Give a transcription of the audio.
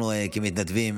אנחנו כמתנדבים,